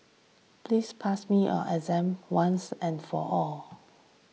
please pass me a exam once and for all